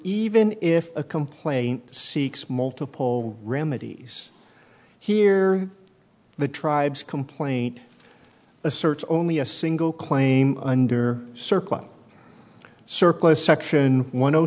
even if a complaint seeks multiple remedies here the tribes complaint asserts only a single claim under circle surplus section one